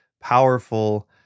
powerful